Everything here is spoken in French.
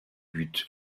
but